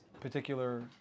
particular